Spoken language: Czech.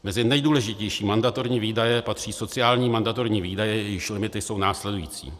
Mezi nejdůležitější mandatorní výdaje patří sociální mandatorní výdaje, jejichž limity jsou následující.